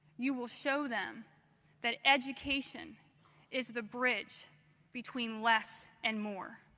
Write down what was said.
you will show them that education is the bridge between less and more.